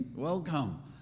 Welcome